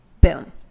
boom